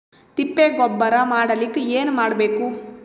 ತಿಪ್ಪೆ ಗೊಬ್ಬರ ಮಾಡಲಿಕ ಏನ್ ಮಾಡಬೇಕು?